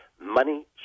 money